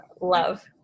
love